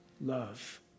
love